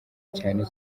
cyane